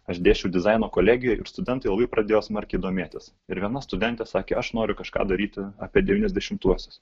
aš dėsčiau dizaino kolegijoj ir studentai labai pradėjo smarkiai domėtis ir viena studentė sakė aš noriu kažką daryti apie devyniasdešimtuosius